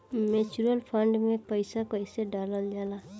Mutual fund मे पईसा कइसे डालल जाला?